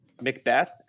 Macbeth